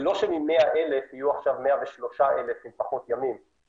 זה לא שמ-100,000 יהיו עכשיו 103,000 עם פחות ימים,